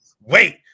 Wait